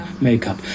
makeup